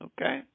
Okay